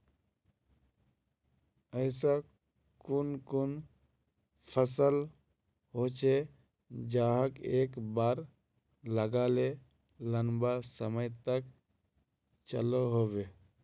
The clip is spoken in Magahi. ऐसा कुन कुन फसल होचे जहाक एक बार लगाले लंबा समय तक चलो होबे?